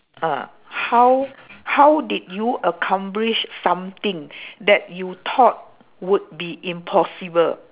uh how how did you accomplish something that you thought would be impossible